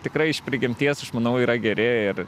tikrai iš prigimties aš manau yra geri ir